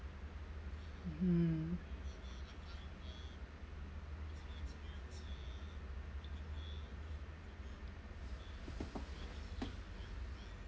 mmhmm